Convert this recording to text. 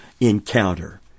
encounter